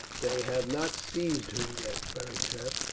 they have not seized her yet, beric said.